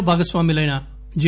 లో భాగస్వాములైన జె